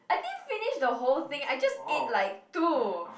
I didn't finish the whole thing I just ate like two